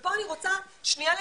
ופה אני רוצה שנייה לדייק,